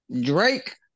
Drake